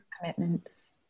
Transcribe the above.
commitments